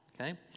okay